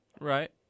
Right